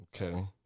Okay